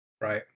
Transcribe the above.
Right